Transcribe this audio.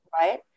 right